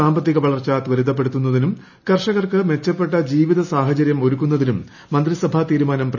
സാമ്പത്തിക വളർച്ച ത്വരിതപ്പെടുത്തുന്നതിനും പ്രകർഷകർക്ക് മെച്ചപ്പെട്ട ജീവിത സാഹചര്യമൊരുക്കുന്നതിനും മന്ത്രിസഭാ തീരുമാനം ചെയ്തു